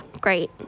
great